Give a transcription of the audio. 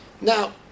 Now